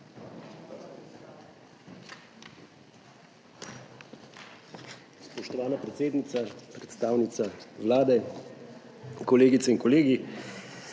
Spoštovana predsednica, predstavnica Vlade, kolegice in kolegi!